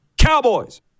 Cowboys